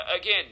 again